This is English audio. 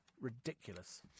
ridiculous